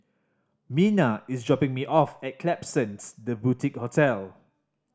Mina is dropping me off at Klapsons The Boutique Hotel